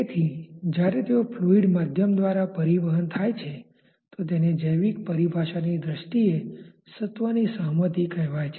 તેથી જ્યારે તેઓ ફ્લુઈડ માધ્યમ દ્વારા પરિવહન થાય છે તો તેને જૈવિક પરિભાષાની દ્રષ્ટિએ સત્વની સહમતી કહેવાય છે